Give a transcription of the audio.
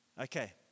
okay